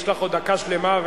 יש לך עוד דקה שלמה,